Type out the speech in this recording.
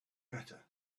better